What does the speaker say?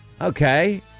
okay